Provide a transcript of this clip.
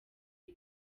iri